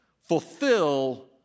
fulfill